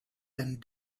and